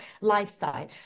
lifestyle